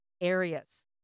areas